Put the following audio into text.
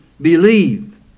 believe